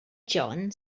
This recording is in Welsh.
jones